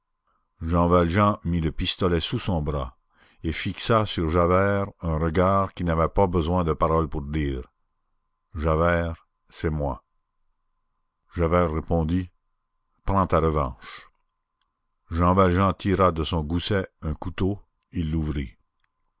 jean valjean mit le pistolet sous son bras et fixa sur javert un regard qui n'avait pas besoin de paroles pour dire javert c'est moi javert répondit prends ta revanche jean valjean tira de son gousset un couteau et l'ouvrit